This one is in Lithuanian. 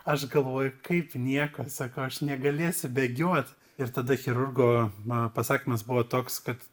aš galvoju kaip nieko sakau aš negalėsiu bėgiot ir tada chirurgo na pasakymas buvo toks kad